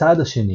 הצעד השני,